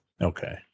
Okay